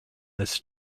this